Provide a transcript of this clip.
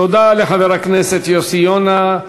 תודה לחבר הכנסת יוסי יונה.